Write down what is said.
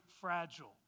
fragile